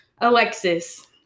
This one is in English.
Alexis